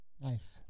Nice